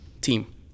team